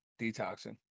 detoxing